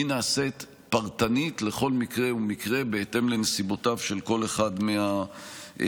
נעשית פרטנית בכל מקרה ומקרה בהתאם לנסיבותיו של כל אחד מהחייבים.